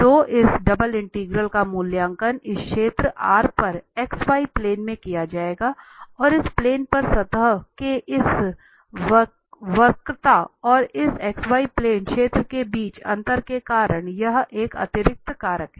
तो इस double integral का मूल्यांकन इस क्षेत्र R पर xy प्लेन में किया जाएगा और इस प्लेन पर सतह के इस वक्रता और इस xy प्लेन क्षेत्र के बीच अंतर के कारण यहां एक अतिरिक्त कारक है